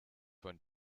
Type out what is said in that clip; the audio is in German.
von